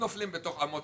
יש לחברת